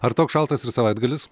ar toks šaltas ir savaitgalis